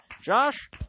Josh